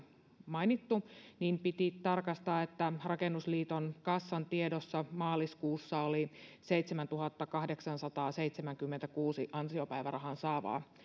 mainittu niin piti tarkastaa että rakennusliiton kassan tiedossa maaliskuussa oli seitsemäntuhannenkahdeksansadanseitsemänkymmenenkuuden ansiopäivärahan saavaa